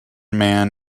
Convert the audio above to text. man